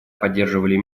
поддерживали